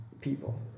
people